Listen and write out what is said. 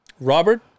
Robert